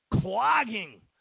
clogging